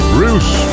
Bruce